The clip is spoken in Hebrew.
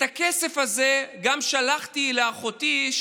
את הכסף הזה שלחתי לאחותי,